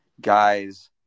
guys